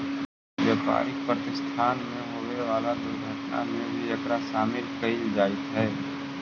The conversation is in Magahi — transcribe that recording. व्यापारिक प्रतिष्ठान में होवे वाला दुर्घटना में भी एकरा शामिल कईल जईत हई